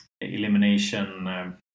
elimination